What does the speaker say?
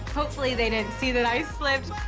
hopefully they didn't see that i slipped.